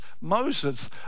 Moses